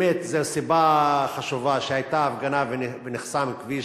באמת זו סיבה חשובה שהיתה הפגנה ונחסם כביש.